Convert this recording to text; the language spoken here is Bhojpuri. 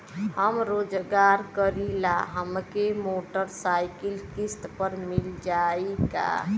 हम स्वरोजगार करीला हमके मोटर साईकिल किस्त पर मिल जाई का?